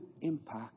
impact